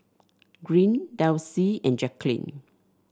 Green Delcie and Jaquelin